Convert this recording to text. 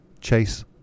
Chase